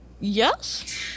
yes